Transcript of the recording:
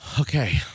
Okay